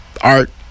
art